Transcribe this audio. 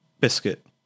biscuit